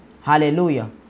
Hallelujah